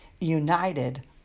United